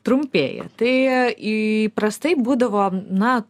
trumpėja tai įprastai būdavo na